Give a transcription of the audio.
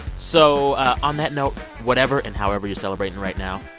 so on that note, whatever and however you celebrating right now,